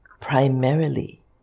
primarily